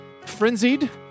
frenzied